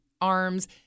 arms